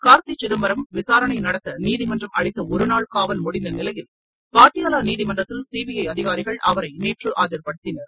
கார்த்தி சிதம்பரத்திடம் விசாரணை நடத்த நீதிமன்றம் அளித்த ஒருநாள் காவல் முடிந்த நிலையில் பாட்டியாலா நீதிமன்றத்தில் சிபிஐ அதிகாரிகள் அவரை நேற்று ஆஜர்படுத்தினர்